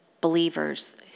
believers